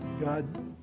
God